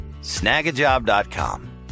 snagajob.com